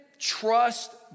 trust